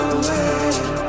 away